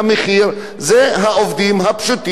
שעובדים כל השנה,